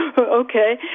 okay